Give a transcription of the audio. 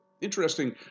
Interesting